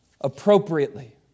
appropriately